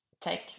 take